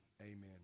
Amen